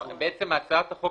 בעצם, הצעת החוק